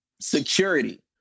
security